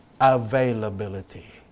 availability